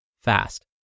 fast